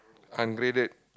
ungraded